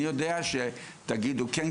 אני יודע שתגידו: כן,